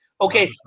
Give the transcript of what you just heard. okay